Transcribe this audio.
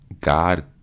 God